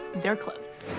they're close.